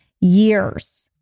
years